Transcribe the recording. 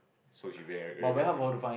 so she bery very aggressive loh